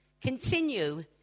continue